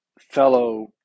fellow